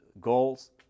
goals